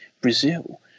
brazil